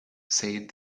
said